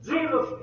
Jesus